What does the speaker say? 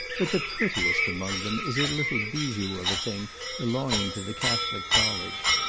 but the prettiest among them is a little bijou of a thing belonging to the catholic college.